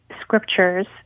scriptures